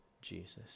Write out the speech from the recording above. Jesus